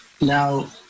Now